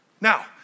Now